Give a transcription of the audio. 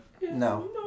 No